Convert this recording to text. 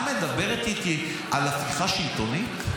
את מדברת איתי על הפיכה שלטונית?